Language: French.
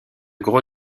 gros